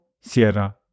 Sierra